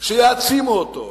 שיעצימו אותו,